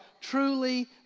truly